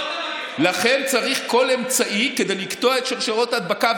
לכן צריך כל אמצעי כדי לקטוע את שרשראות ההדבקה,